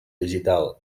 digital